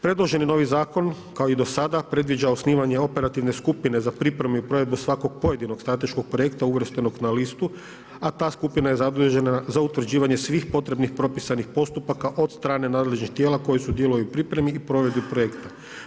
Predloženi novi zakon kao i do sada predviđa osnivanje operativne skupine za pripremu i provedbu svakog pojedinog strateškog projekta uvrštenog na listu a ta skupina je zadužena za utvrđivanje svih potrebnih propisanih postupaka od strane nadležnih tijela koji su dijelovi pripremi i provedbi projekta.